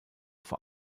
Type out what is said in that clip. vor